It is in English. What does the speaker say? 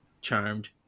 charmed